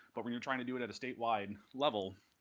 but when you're trying to do it at the statewide level,